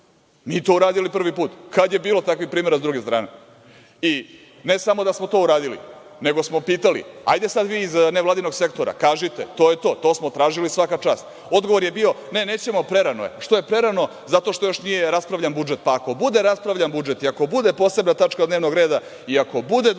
Mi to uradili prvi put, a kada je bilo takvih primera sa druge strane? Ne samo da smo to uradili, nego smo pitali – hajde sada vi iz nevladinog sektora, kažite to je to, to smo tražili, svaka čast. Odgovor je bio – ne, nećemo, prerano je. Što je prerano? Zato što još nije raspravljan budžet, pa ako bude raspravljan budžet i ako bude posebna tačka dnevnog reda i ako bude